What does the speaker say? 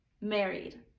married